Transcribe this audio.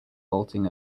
vaulting